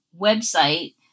website